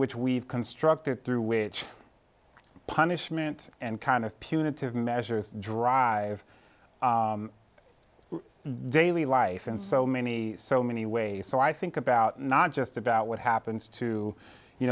which we've constructed through which punishment and kind of punitive measures drive daily life in so many so many ways so i think about not just about what happens to you